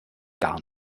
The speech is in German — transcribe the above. gar